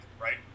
right